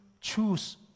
choose